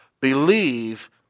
believe